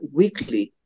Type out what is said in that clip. weekly